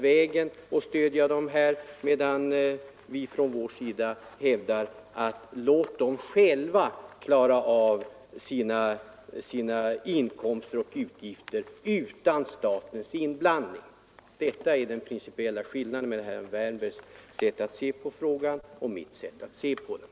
Vi hävdar att organisationerna själva bör klara sina inkomster och utgifter utan statens inblandning. Detta är den principiella skillnaden mellan herr Wärnbergs och mitt sätt att se på frågan.